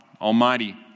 Almighty